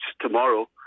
tomorrow